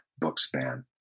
Bookspan